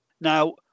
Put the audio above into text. Now